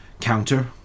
counter